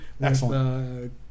Excellent